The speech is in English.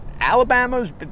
Alabama's